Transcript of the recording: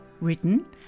written